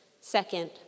second